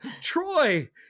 Troy